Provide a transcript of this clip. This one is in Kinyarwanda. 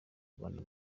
rwanda